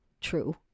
true